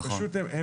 פשוט הם